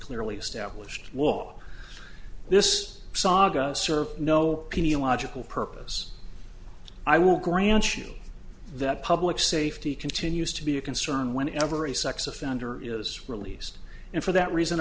clearly established will this saga serves no p t a logical purpose i will grant you that public safety continues to be a concern whenever a sex offender is released and for that reason